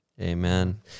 Amen